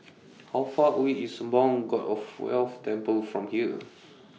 How Far away IS Sembawang God of Wealth Temple from here